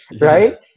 right